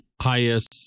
highest